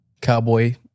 Cowboy